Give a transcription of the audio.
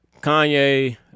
Kanye